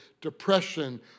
depression